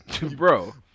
bro